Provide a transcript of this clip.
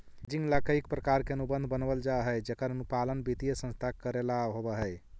hedging ला कईक प्रकार के अनुबंध बनवल जा हई जेकर अनुपालन वित्तीय संस्था के कऽरेला होवऽ हई